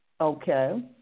Okay